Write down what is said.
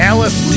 Alice